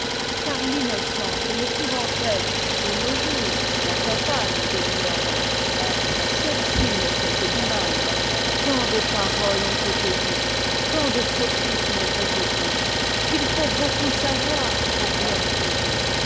car l'innocence ne pouvant être de nos jours la compagne de l'ignorance celle-ci ne fait que du mal tant de paroles ont été dites tant de sophismes répétés qu'il faut beaucoup savoir pour bien juger